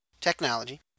technology